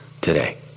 today